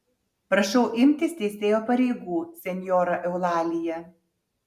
prašau imtis teisėjo pareigų senjora eulalija